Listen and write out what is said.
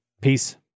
Peace